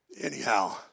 Anyhow